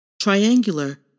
Triangular